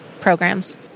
programs